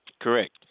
Correct